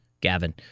Gavin